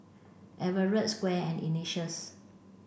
Everett Squire and Ignatius